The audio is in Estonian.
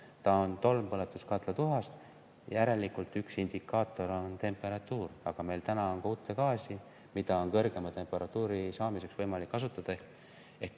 Ta on tolmpõletuskatla tuhast. Järelikult üks indikaator on temperatuur. Aga meil on ka uttegaasi, mida on kõrgema temperatuuri saamiseks võimalik kasutada.